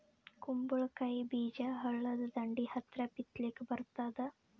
ಕುಂಬಳಕಾಯಿ ಬೀಜ ಹಳ್ಳದ ದಂಡಿ ಹತ್ರಾ ಬಿತ್ಲಿಕ ಬರತಾದ?